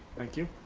thank you.